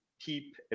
keep